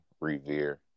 revere